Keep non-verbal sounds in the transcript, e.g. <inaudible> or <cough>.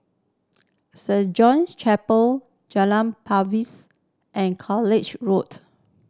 Saint John's Chapel Jalan <unintelligible> and College Road